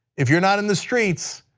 if you are not in the streets,